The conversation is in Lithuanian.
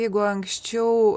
jeigu anksčiau